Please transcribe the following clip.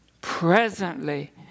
presently